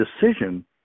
decision